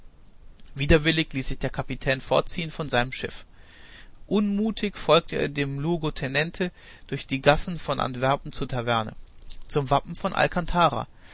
widerwillig ließ sich der kapitän fortziehen von seinem schiff unmutig folgte er dem luogotenente durch die gassen von antwerpen zur taverne zum wappen von